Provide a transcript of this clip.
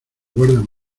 guardan